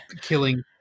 killing